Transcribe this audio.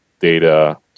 data